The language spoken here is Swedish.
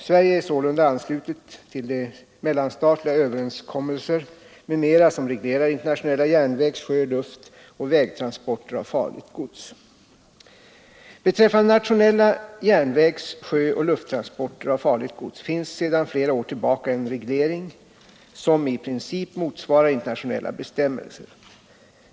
Sverige är sålunda anslutet till de mellanstatliga överenskommelser m.m. som reglerar internationella järnvägs-, sjö-, luft och vägtransporter av farligt gods. Beträffande nationella järnvägs-, sjö och lufttransporter av farligt gods finns sedan flera år tillbaka en reglering som i princip motsvarar internationella bestämmelser.